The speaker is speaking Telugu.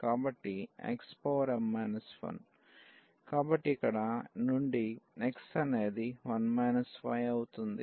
కాబట్టి xm 1 కాబట్టి ఇక్కడ నుండి x అనేది 1 y అవుతుంది